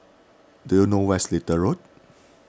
do you know where is Little Road